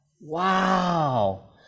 Wow